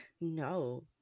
no